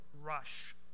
rush